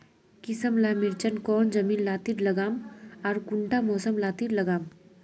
किसम ला मिर्चन कौन जमीन लात्तिर लगाम आर कुंटा मौसम लात्तिर लगाम?